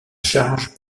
charge